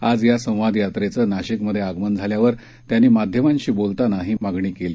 आज या संवाद यात्रेचं नाशिकमध्ये आगमन झाल्यावर त्यांनी माध्यमांशी बोलताना ही मागणी केली